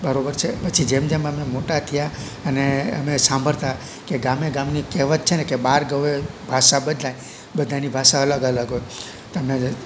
બરાબર છે પછી જેમ જેમ અમે મોટા થયા અને અમે સાંભળતા કે ગામે ગામની કહેવત છે ને કે બાર ગાઉ એ ભાષા બદલાય બધાની ભાષા અલગ અલગ હોય તમે